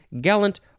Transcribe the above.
Gallant